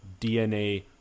DNA